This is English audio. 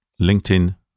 LinkedIn